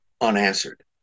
unanswered